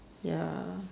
ya